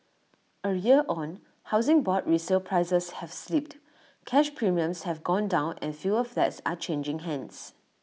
A year on Housing Board resale prices have slipped cash premiums have gone down and fewer flats are changing hands